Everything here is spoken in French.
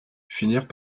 finirent